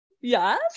yes